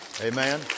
Amen